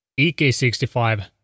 EK65